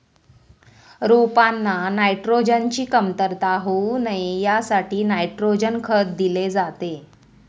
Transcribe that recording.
रोपांना नायट्रोजनची कमतरता होऊ नये यासाठी नायट्रोजन खत दिले जाते